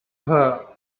her